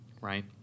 Right